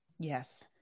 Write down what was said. Yes